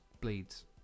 Bleeds